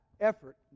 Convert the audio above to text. effort